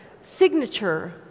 signature